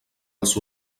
els